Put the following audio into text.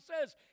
says